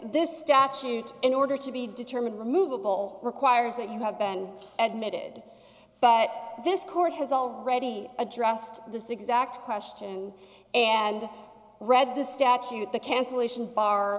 this statute in order to be determined removable requires that you have been admitted but this court has already addressed this exact question and read the statute the cancelation bar